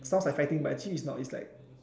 sounds like fighting but actually is not is like